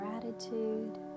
gratitude